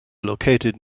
located